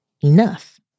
enough